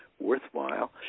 worthwhile